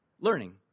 Learning